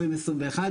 2021,